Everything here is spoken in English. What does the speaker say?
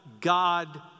God